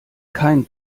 kein